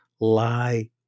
lie